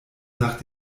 nach